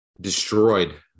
destroyed